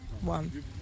one